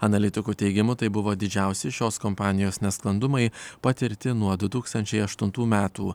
analitikų teigimu tai buvo didžiausi šios kompanijos nesklandumai patirti nuo du tūkstančiai aštuntų metų